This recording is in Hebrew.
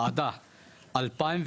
הייתה וועדה ב-2001,